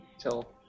till